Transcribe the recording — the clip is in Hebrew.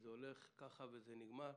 שהולך כך ונגמר.